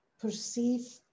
perceive